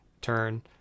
turn